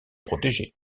protégé